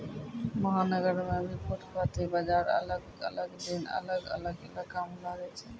महानगर मॅ भी फुटपाती बाजार अलग अलग दिन अलग अलग इलाका मॅ लागै छै